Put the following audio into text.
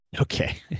okay